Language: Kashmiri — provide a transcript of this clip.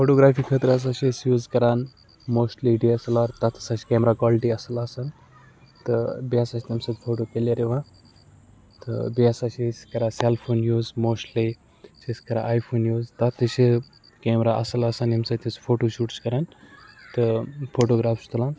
فوٹوگریفی خٲطرٕ ہسا چھ أسۍ یوٗز کَران mostly D S L R تتھ ہسا چھِ کیمرہ کالٹی اصل آسان تہٕ بیٚیہِ ہسا چھِ تمہِ سۭتۍ فوٹو کٕلیر یوان تہٕ بیٚیہِ ہسا چھِ أسۍ کران سیل فون یوٗز موسٹلی چھِ أسۍ کران آی فون یوٗز تتھ تتھ تہِ چھِ کیمرہ اصل آسان ییٚمہِ سۭتۍ أسۍ فوٹو شوٗٹ چھِ کَران تہٕ فوٹوگراف چھِ تُلان